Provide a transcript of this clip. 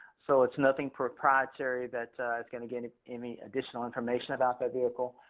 so it's nothing proprietary that it's going to get any additional information about that vehicle.